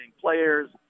players